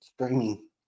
streaming